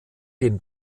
den